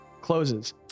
closes